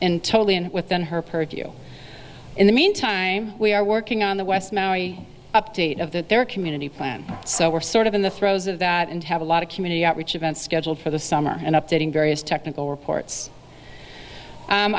in totally and within her purview in the meantime we are working on the west maui update of the their community plan so we're sort of in the throes of that and have a lot of community outreach events scheduled for the summer and updating various technical reports